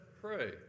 pray